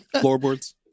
Floorboards